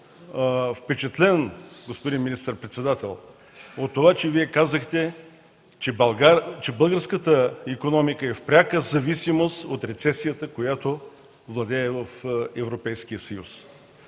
впечатлен, господин министър-председател, от това, че Вие казахте, че българската икономика е в пряка зависимост от рецесията, която владее в Европейския съюз.